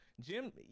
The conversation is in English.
Jim